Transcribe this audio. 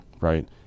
right